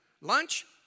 Lunch